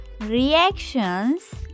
reactions